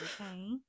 okay